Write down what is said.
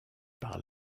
par